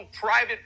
private